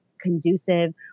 conducive